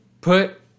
put